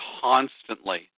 constantly